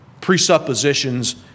presuppositions